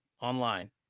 online